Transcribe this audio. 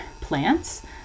plants